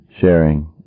sharing